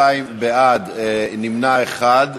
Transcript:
22 בעד, נמנע אחד.